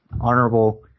honorable